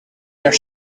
their